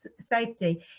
safety